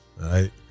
right